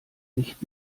nicht